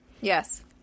Yes